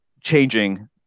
changing